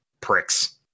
pricks